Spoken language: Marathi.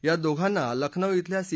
या दोघांना लखनऊ इथल्या सी